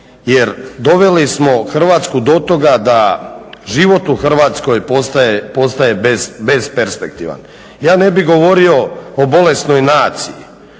Jer doveli smo Hrvatsku do toga da život u Hrvatskoj postaje besperspektivan. Ja ne bih govorio o bolesnoj naciji,